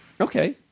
Okay